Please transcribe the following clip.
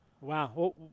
Wow